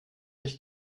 mich